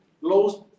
lost